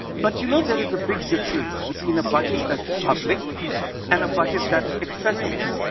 but, you know, there is a big difference between a budget that's public and a budget that's accessible.